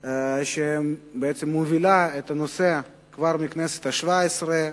שבעצם מובילה את הנושא כבר מהכנסת השבע-עשרה,